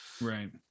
Right